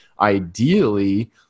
Ideally